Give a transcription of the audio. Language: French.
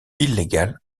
illégales